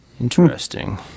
Interesting